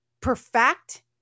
perfect